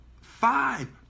five